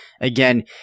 Again